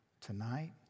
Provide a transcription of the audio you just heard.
tonight